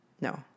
No